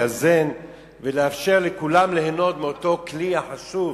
לאזן ולאפשר לכולם ליהנות מאותו כלי חשוב,